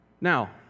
Now